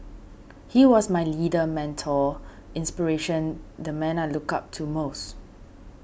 he was my leader mentor inspiration the man I looked up to most